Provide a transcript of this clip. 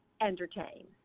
entertain